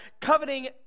coveting